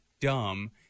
dumb